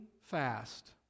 fast